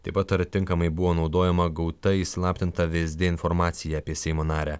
taip pat ar tinkamai buvo naudojama gauta įslaptinta vsd informacija apie seimo narę